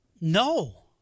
No